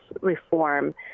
reform